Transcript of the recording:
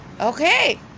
Okay